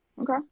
okay